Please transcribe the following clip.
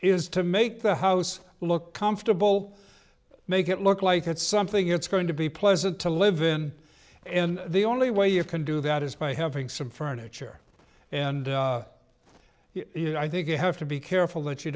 is to make the house look comfortable make it look like it's something it's going to be pleasant to live in and the only way you can do that is by having some furniture and i think you have to be careful that you